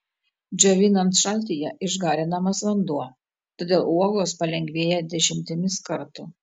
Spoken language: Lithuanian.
džiovinant šaltyje išgarinamas vanduo todėl uogos palengvėja dešimtimis kartų